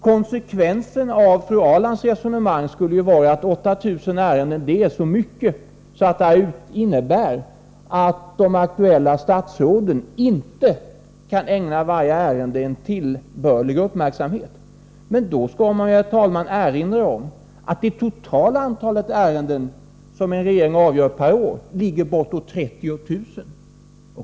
Konsekvenserna av fru Ahrlands resonemang skulle vara att 8 000 ärenden är för mycket, vilket skulle innebära att de aktuella statsråden inte kan ägna varje ärende en tillbörlig uppmärksamhet. Då skall man, herr talman, erinra om att det totala antalet ärenden som en regering avgör per år ligger bortåt 30 000.